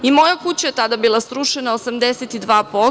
I moja kuća je tada bila srušena 82%